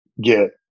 get